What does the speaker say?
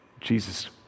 Jesus